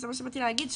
זה מה שבאתי להגיד,